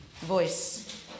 voice